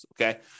okay